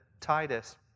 Titus